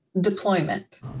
deployment